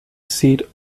seat